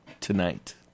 tonight